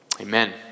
Amen